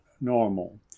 Normal